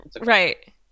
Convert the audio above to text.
Right